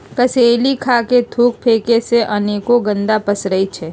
कसेलि खा कऽ थूक फेके से अनेरो गंदा पसरै छै